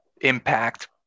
impact